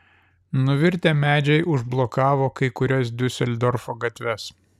nuvirtę medžiai užblokavo kai kurias diuseldorfo gatves